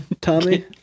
Tommy